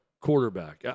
quarterback